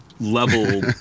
level